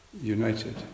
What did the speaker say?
united